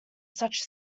such